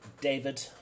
David